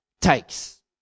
takes